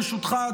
ברשותך,